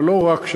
ולא רק שם,